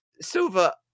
Silva